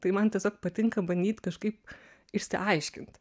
tai man tiesiog patinka bandyt kažkaip išsiaiškint